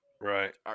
right